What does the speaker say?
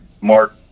Mark